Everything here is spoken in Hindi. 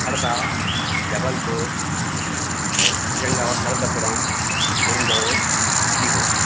हरदा जबलपुर होशंगाबाद नर्मदापुरम इंदौर सीहोर